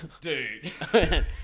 dude